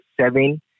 seven